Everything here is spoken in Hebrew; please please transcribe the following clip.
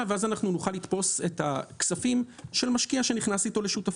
ואז נוכל לתפוס את הכספים של משקיע שנכנס איתו לשותפות.